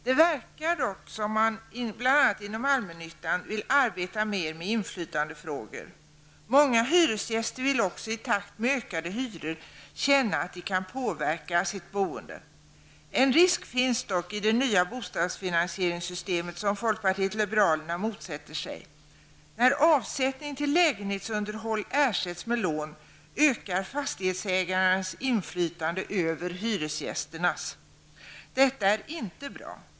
Det verkar dock som om man bl.a. inom allmännyttan vill arbeta mer med inflytandefrågor. Många hyresgäster vill också i takt med ökade hyror känna att de kan påverka sitt boende. En risk finns dock i det nya bostadsfinansieringssystemet, som folkpartiet liberalerna motsätter sig. När avsättning till lägenhetsunderhåll ersätts med lån, ökar fastighetsägarens inflytande på bekostnad av hyresgästernas. Detta är inte bra.